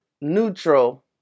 neutral